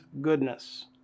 goodness